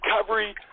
recovery